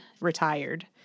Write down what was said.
retired